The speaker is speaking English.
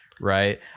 right